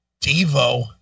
devo